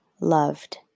loved